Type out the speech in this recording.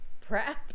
prep